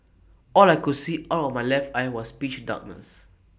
all I could see out of my left eye was pitch darkness